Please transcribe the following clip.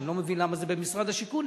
שאני לא מבין למה זה במשרד השיכון,